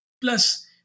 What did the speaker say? plus